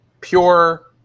Pure